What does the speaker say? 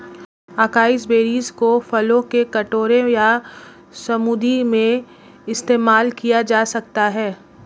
acai berries को फलों के कटोरे या स्मूदी में इस्तेमाल किया जा सकता है